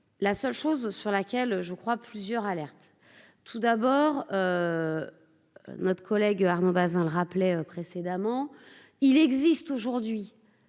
la seule chose sur laquelle je crois plusieurs alertes tout d'abord, notre collègue Arnaud Bazin le rappeler. Précédemment, il existe aujourd'hui